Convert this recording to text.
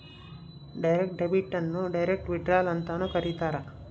direct debit ಅನ್ನು direct withdrawal ಅಂತನೂ ಕರೀತಾರ